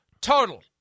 total